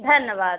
धन्यवाद